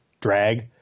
drag